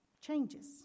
changes